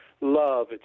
love